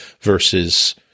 versus